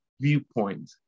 viewpoint